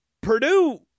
Purdue